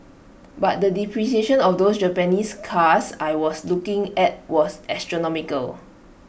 but the depreciation of those Japanese cars I was looking at was astronomical